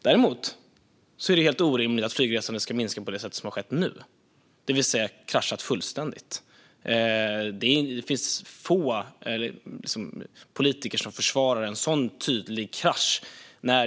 Däremot är det helt orimligt att flygresandet ska minska på det sätt som har skett nu, det vill säga att det kraschar fullständigt. Det finns få politiker som försvarar en sådan tydlig krasch.